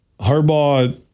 Harbaugh